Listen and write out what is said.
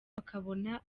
bakabona